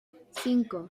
cinco